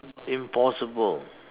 impossible